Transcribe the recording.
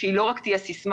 שהיא לא רק תהיה סיסמה,